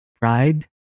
pride